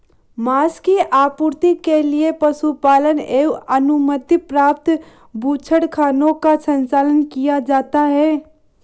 माँस की आपूर्ति के लिए पशुपालन एवं अनुमति प्राप्त बूचड़खानों का संचालन किया जाता है